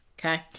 okay